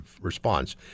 response